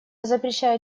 запрещаю